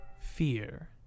Fear